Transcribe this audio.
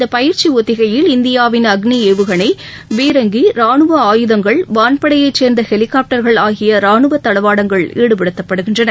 இந்த பயிற்சி ஒத்திகையில் இந்தியாவின் அக்னி அக்னி ஏவுகணை பீரங்கி ரானுவ ஆயுதங்கள் வான்படையைச் சேர்ந்த ஹெலிகாப்டர்கள் ஆகிய ராணுவ தளவாடங்கள் ஈடுபடுத்தப்பட்டன